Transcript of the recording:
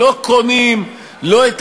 לא קונים, לא את